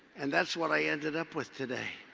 and that's what i ended up with today.